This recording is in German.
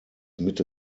mitte